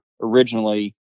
originally